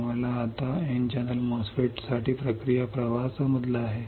तुम्हाला आता N channel MOSFET साठी प्रक्रिया प्रवाह समजला आहे